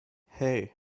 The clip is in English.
hey